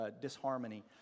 disharmony